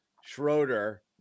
schroeder